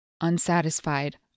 unsatisfied